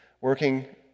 working